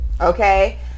okay